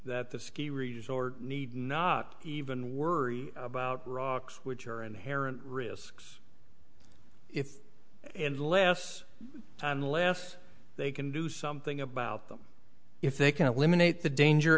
that the ski resort need not even worry about rocks which are inherent risks if and less unless they can do something about them if they can eliminate the danger